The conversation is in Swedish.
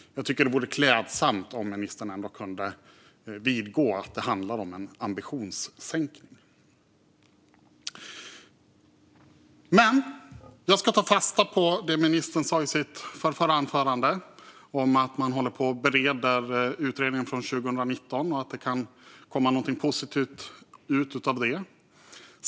Jag tycker att det vore klädsamt om ministern kunde vidgå att det handlar om en ambitionssänkning. Men jag ska ta fasta på det som ministern sa i sitt förrförra anförande om att man håller på och bereder utredningen från 2019 och att det kan komma något positivt av det.